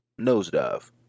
Nosedive